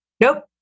Nope